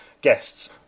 Guests